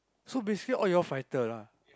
so basically all you all fighter lah